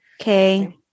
Okay